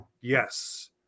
yes